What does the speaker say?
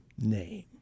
name